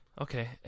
Okay